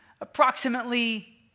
approximately